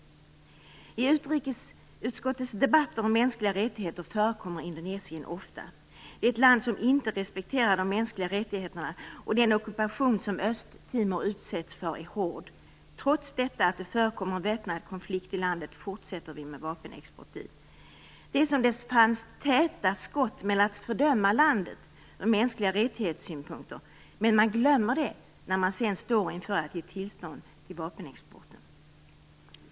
I utrikesutskottets debatter om mänskliga rättigheter förekommer Indonesien ofta. Det är ett land som inte respekterar de mänskliga rättigheterna, och den ockupation som Östtimor utsätts för är hård. Trots detta, och trots att det förekommer en väpnad konflikt i landet, fortsätter vi med vapenexport dit. Det är som om det fanns täta skott mellan att fördöma landet från MR-synpunkt, men man glömmer det när man sedan står inför att ge tillstånd till vapenexport.